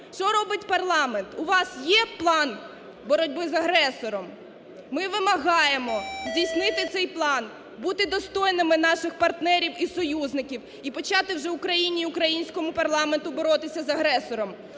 Що робить парламент? У вас є план боротьби з агресором? Ми вимагаємо здійснити цей план, бути достойними наших партнерів і союзників, і почати вже Україні і українському парламенту боротися з агресором,